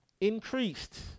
Increased